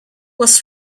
was